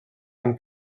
amb